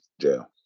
jail